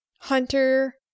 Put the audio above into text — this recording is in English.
Hunter